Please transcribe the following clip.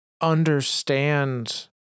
understand